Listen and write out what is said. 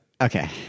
Okay